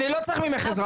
אני לא צריך ממך עזרה.